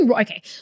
Okay